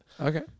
Okay